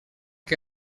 que